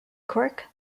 cork